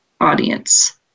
audience